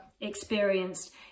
experienced